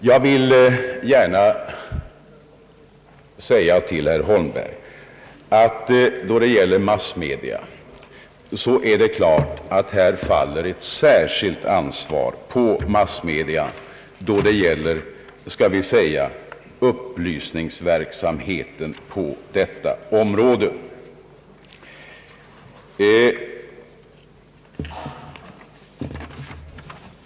Jag vill gärna säga till herr Holmberg att det faller ett särskilt ansvar på massmedia då det gäller upplysningsverksamheten på detta område.